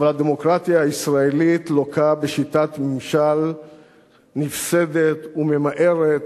אבל הדמוקרטיה הישראלית לוקה בשיטת ממשל נפסדת וממארת,